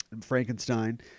Frankenstein